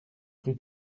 rue